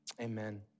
amen